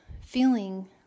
feeling